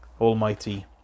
Almighty